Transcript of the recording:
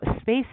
space